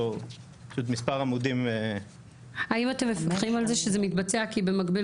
מספר עמודים -- האם אתם מפקחים על זה שזה מתבצע כי במקביל